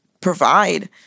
provide